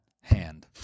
hand